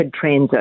transit